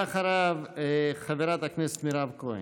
ואחריו, חברת הכנסת מירב כהן.